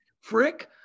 Frick